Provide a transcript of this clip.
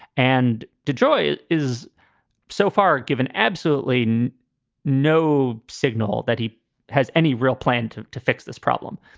and detroit is so far given absolutely no signal that he has any real plan to to fix this problem.